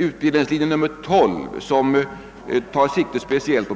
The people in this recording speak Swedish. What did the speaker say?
Studiearbetet under helt läsår värderas